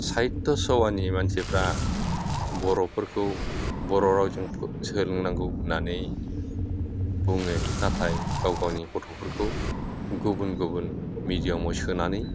साहित्या सभानि मानसिफ्रा बर'फोरखौ बर' रावजों सोलोंनांगौ होननानै बुङो नाथाय गाव गावनि गथ'फोरखौ गुबुन गुबुन मिडियामाव सोनानै